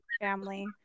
family